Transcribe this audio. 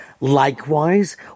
Likewise